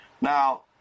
Now